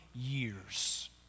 years